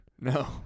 No